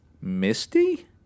Misty